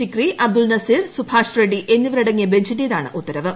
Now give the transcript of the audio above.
സിക്രി അബ്ദുൾ നസീർ സുഭാഷ് റെഡ്നി എന്നിവരടങ്ങിയ ബെഞ്ചിന്റേതാണ് ഉത്തരവ്